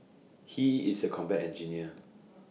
he is A combat engineer